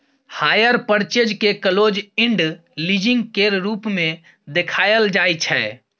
hire purchase केँ close end leasing केर रूप मे देखाएल जाइ छै